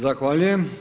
Zahvaljujem.